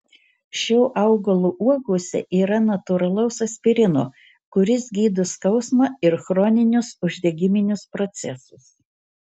šio augalo uogose yra natūralaus aspirino kuris gydo skausmą ir chroninius uždegiminius procesus